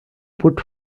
put